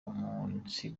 umunsi